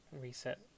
reset